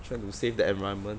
trying to save the environment